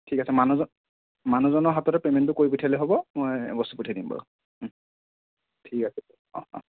ঠিক আছে মানুহজন মানুহজনৰ হাততে পেমেণ্টটো কৰি পঠিয়ালে হ'ব মই বস্তু পঠিয়াই দিম বাৰু ঠিক আছে অঁ অঁ